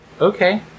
okay